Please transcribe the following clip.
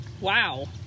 Wow